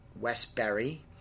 Westbury